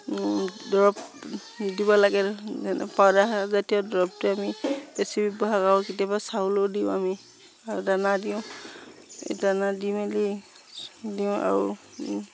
দৰব দিব লাগে যেনে পাউদাৰ জাতীয় দৰবটোৱে আমি বেছি ব্যৱহাৰ কৰোঁ কেতিয়াবা চাউলো দিওঁ আমি আৰু দানা দিওঁ এই দানা দি মেলি দিওঁ আৰু